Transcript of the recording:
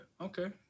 Okay